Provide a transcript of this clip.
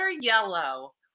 yellow